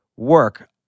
work